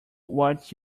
what